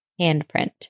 handprint